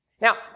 Now